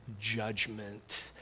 judgment